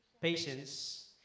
Patience